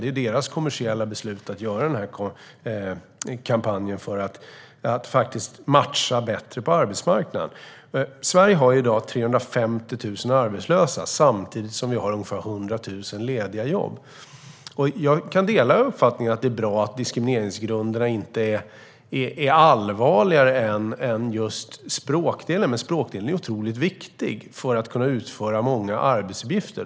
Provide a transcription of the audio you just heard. Det är deras kommersiella beslut att göra den här kampanjen för att få en bättre matchning på arbetsmarknaden. Sverige har i dag 350 000 arbetslösa samtidigt som det finns ungefär 100 000 lediga jobb. Jag kan dela uppfattningen att det är bra att diskrimineringsgrunderna inte är allvarligare än just språkdelen, men språkdelen är otroligt viktig för att kunna utföra många arbetsuppgifter.